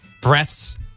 breaths